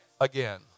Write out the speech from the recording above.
again